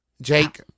Jake